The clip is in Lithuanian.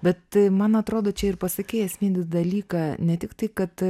bet man atrodo čia ir pasakei esminį dalyką ne tiktai kad